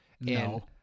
no